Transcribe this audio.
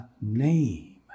name